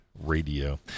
RADIO